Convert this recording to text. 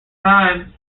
time